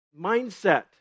mindset